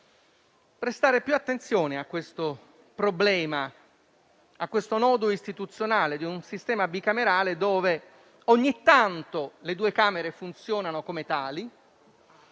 prestare più attenzione a questo problema, a questo nodo istituzionale: un sistema bicamerale dove in alcuni casi le due Camere funzionano come